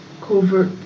covert